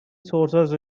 sources